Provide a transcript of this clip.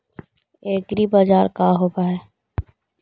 एग्रीबाजार का होव हइ?